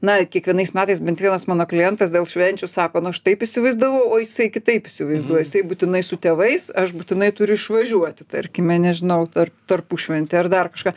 na kiekvienais metais bent vienas mano klientas dėl švenčių sako nu aš taip įsivaizdavau o jisai kitaip įsivaizduoja jisai būtinai su tėvais aš būtinai turiu išvažiuoti tarkime nežinau tar tarpušventy ar dar kažką